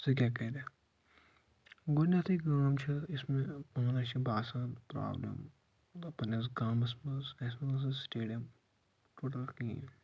ژٕ کیٛاہ کرکھ گۄڈتٮ۪ھٕے کٲم چھِ یۄس مےٚ پانَس چھِ باسان پرابلم مطلب پنٛنِس گامس منٛز اَسہِ اوس نہٕ سٹیڈیم ٹوٹل کِہیٖنۍ